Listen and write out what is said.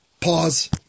Pause